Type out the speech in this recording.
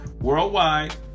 worldwide